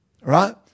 right